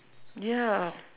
ya